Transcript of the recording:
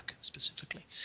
specifically